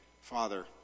Father